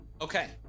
Okay